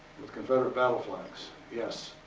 with confederate battle flags. yes,